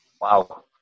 Wow